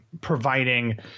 providing